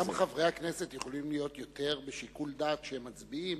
גם חברי הכנסת יכולים להיות יותר בשיקול דעת כשהם מצביעים,